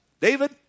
David